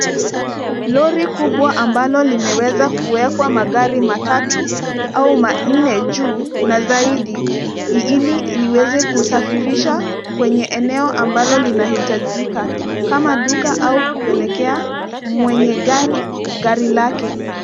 Lori kubwa ambalo limeweza kuwekwa magari matatu au manne juu na zaidi ili liweze kusafirisha kwenye eneo ambalo linahitajika kama duka au kupelekea mwenye gari, gari lake.